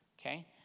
Okay